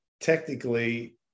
technically